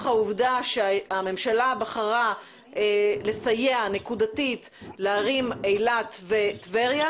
העובדה שהממשלה בחרה לסייע נקודתית לערים אילת וטבריה